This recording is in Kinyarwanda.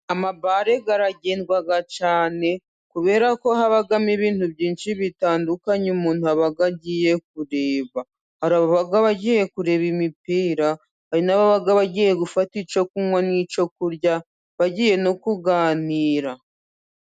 Amabare aragendwa cyane kuberako habamo ibintu byinshi bitandukanye umuntu aba agiye kureba. hari ababa bagiye kureba imipira, hari n'ababa bagiye gufata icyo kunywa n'icyo kurya bagiye no kuganira.